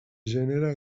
gènere